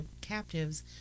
captives